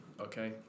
Okay